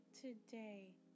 today